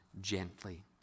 gently